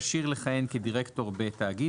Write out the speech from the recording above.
כשיר לכהן כדירקטור בתאגיד,